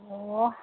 ꯑꯣ